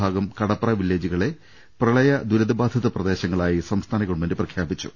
ഭാഗം കടപ്ര വില്ലേജുകളെ പ്രളയ ദുരിത ബാധിത പ്രദേശങ്ങളായി സംസ്ഥാന ഗവൺമെൻറ് പ്രഖ്യാപിച്ചു